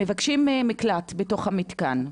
מבקשים בקשת מקלט בתוך המתקן,